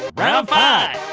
round five.